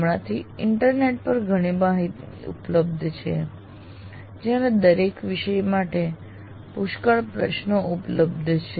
હમણાંથી ઇન્ટરનેટ પર ઘણી બધી માહિતી ઉપલબ્ધ છે જ્યાં દરેક વિષય માટે પુષ્કળ પ્રશ્નો ઉપલબ્ધ છે